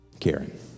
Karen